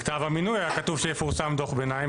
בכתב המינוי היה כתוב שיפורסם דוח ביניים.